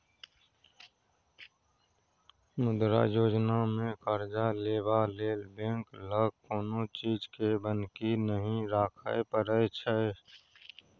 मुद्रा योजनामे करजा लेबा लेल बैंक लग कोनो चीजकेँ बन्हकी नहि राखय परय छै